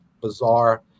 bizarre